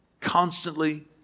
constantly